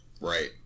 Right